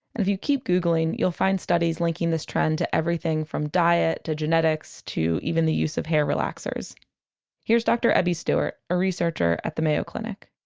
and if you keep googling, you'll find studies linking this trend to everything from diet to genetics to even the use of hair relaxers here's dr. ebbie stewart, a researcher at the mayo clinic